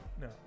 no